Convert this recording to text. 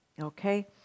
Okay